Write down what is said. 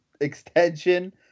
extension